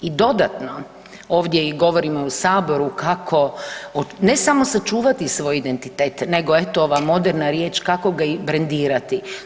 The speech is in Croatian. I dodatno ovdje govorimo i u Saboru kako, ne samo sačuvati svoj identitet, nego eto, ova moderna riječ, kako ga i brandirati.